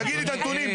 תגידי את הנתונים.